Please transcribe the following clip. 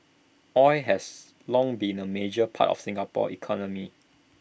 oil has long been A major part of Singapore's economy